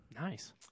Nice